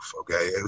okay